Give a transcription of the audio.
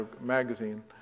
Magazine